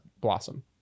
blossom